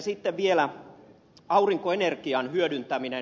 sitten vielä aurinkoenergian hyödyntäminen